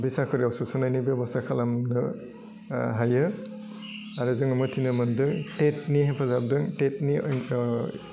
बे साख्रियावसो सोनायनि बेबस्था खालामनो हायो आरो जोङो मोन्थिनो मोन्दों टेटनि हेफाजाबजों टेटनि